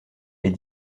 est